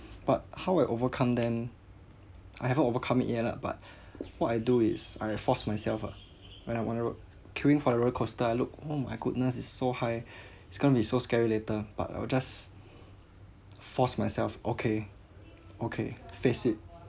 but how I overcome them I haven't overcome it yet lah but what I do is I forced myself ah when I want to rode queuing for the roller coaster I look oh my goodness is so high it's going to be so scary later but I will just force myself okay okay face it